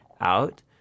out